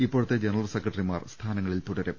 ഇപ്പോഴത്തെ ജനറൽ സെക്രട്ടറിമാർ സ്ഥാനങ്ങളിൽ തുടരും